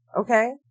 Okay